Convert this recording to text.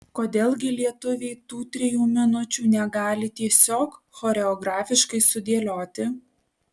kodėl gi lietuviai tų trijų minučių negali tiesiog choreografiškai sudėlioti